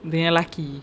dia nya laki